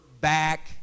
back